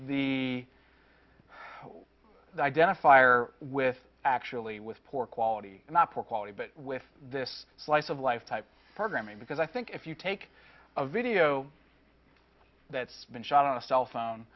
the identifier with actually with poor quality not poor quality but with this slice of life type programming because i think if you take a video that's been shot on a cellphone